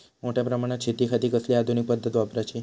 मोठ्या प्रमानात शेतिखाती कसली आधूनिक पद्धत वापराची?